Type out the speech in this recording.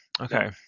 Okay